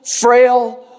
frail